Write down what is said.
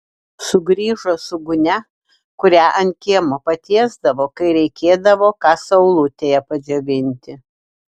sugrįžo su gūnia kurią ant kiemo patiesdavo kai reikėdavo ką saulutėje padžiovinti